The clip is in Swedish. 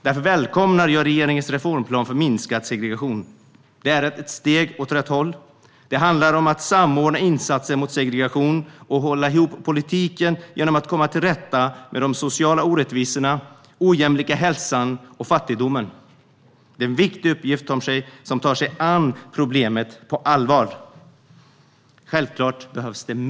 Därför välkomnar jag regeringens reformplan för minskad segregation. Den är ett steg åt rätt håll. Det handlar om att samordna insatser mot segregation och att hålla ihop politiken genom att komma till rätta med de sociala orättvisorna, den ojämlika hälsan och fattigdomen. Det är en viktig uppgift som går ut på att ta sig an problemet på allvar. Men självklart behövs mer.